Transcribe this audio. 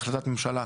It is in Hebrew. בהחלטת ממשלה,